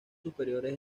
superiores